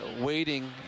waiting